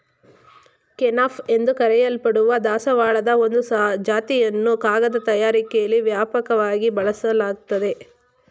kenaf ಎಂದು ಕರೆಯಲ್ಪಡುವ ದಾಸವಾಳದ ಒಂದು ಜಾತಿಯನ್ನು ಕಾಗದ ತಯಾರಿಕೆಲಿ ವ್ಯಾಪಕವಾಗಿ ಬಳಸಲಾಗ್ತದೆ